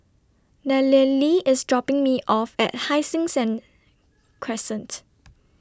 Nallely IS dropping Me off At Hai Sing send Crescent